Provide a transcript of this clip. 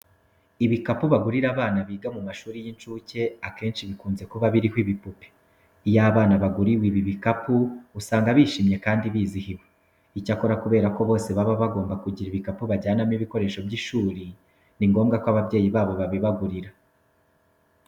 Ibikapu bagurira abana biga mu mashuri y'incuke akenshi bikunze kuba biriho ibipupe. Iyo abana baguriwe ibi bikapu usanga bishimye kandi bizihiwe. Icyakora kubera ko bose baba bagomba kugira ibikapu bajyanamo ibikoresho by'ishuri, ni ngombwa ko ababyeyi babo babibagurira.